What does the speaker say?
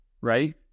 right